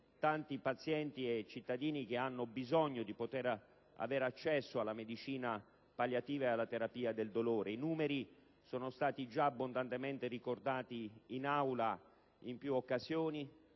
tanti pazienti e cittadini che hanno bisogno di accedere alla medicina palliativa e alla terapia del dolore. I numeri sono già stati abbondantemente ricordati in Aula in più occasioni: